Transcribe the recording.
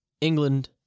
England